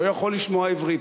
לא יכול לשמוע עברית,